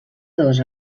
dos